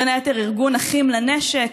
בין היתר ארגון אחים לנשק,